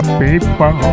people